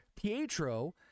Pietro